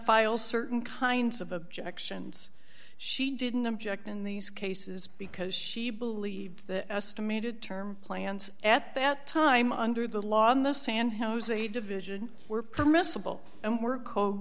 file certain kinds of objections she didn't object in these cases because she believed the estimated term plans at that time under the law in the san jose division were permissible and were